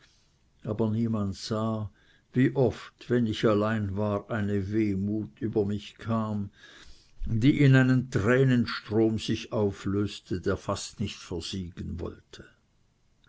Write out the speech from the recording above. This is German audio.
aber niemand sah wie oft wenn ich allein war eine wehmut über mich kam die in einen tränenstrom sich auflöste der fast nicht versiegen wollte